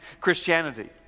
Christianity